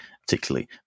particularly